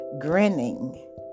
grinning